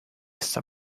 está